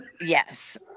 Yes